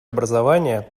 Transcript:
образования